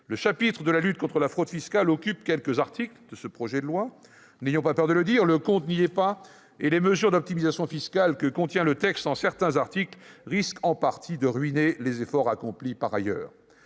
Le chapitre de la lutte contre la fraude fiscale occupe quelques articles de ce projet de loi. N'ayons pas peur de le dire : le compte n'y est pas et les mesures d'optimisation fiscale que contient le texte en certains articles risquent en partie de ruiner les efforts accomplis par ailleurs